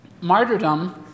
Martyrdom